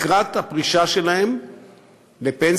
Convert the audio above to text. לקראת הפרישה שלהם לפנסיה,